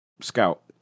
scout